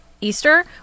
Easter